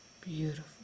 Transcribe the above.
Beautiful